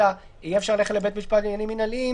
אלא יהיה אפשר ללכת לבית משפט לעניינים מנהליים,